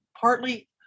partly